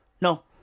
No